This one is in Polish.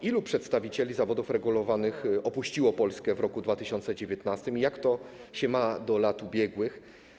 Ilu przedstawicieli zawodów regulowanych opuściło Polskę w 2019 r. i jak to się ma do lat ubiegłych?